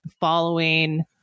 following